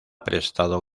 prestado